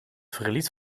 verlies